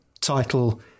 title